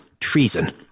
Treason